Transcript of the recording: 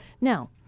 Now